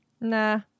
Nah